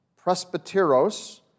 presbyteros